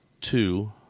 two